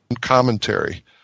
commentary